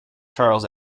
charles